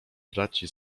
braci